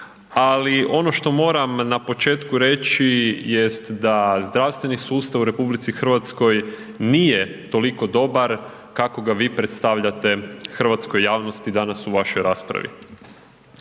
ali ono što moram na početku reći jest da zdravstveni sustav u RH nije toliko dobar kako ga vi predstavljate hrvatskoj javnosti danas u vašoj raspravi.